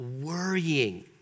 worrying